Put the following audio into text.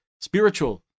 spiritual